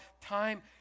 time